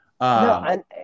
No